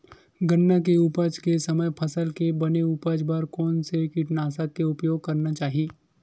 गन्ना के उपज के समय फसल के बने उपज बर कोन से कीटनाशक के उपयोग करना चाहि?